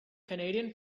canadian